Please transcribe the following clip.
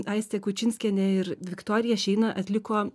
aistė kučinskienė ir viktorija šeina atliko